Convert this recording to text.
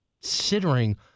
considering